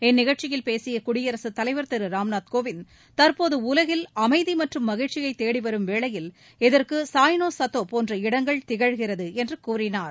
இந்நிகழ்ச்சியில் பேசியகுடியரகத் தலைவர் திருராம்நாத் கோவிந்த் தற்போதுஉலகில் அமைதிமற்றும் மகிழ்ச்சியைதேடிவரும் வேளையில் இதற்குசாய் நோசத்தோபோன்ற இடங்கள் திகழ்கிறதுஎன்றுகூறினார்